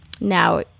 now